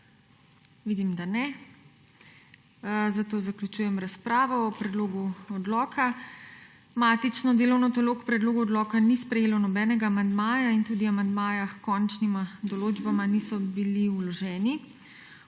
Vidim, da ne. Zaključujem razpravo o predlogu odloka. Matično delovno telo k predlogu odloka ni sprejelo nobenega amandmaja in tudi amandmaji h končnima določbama niso bili vloženi.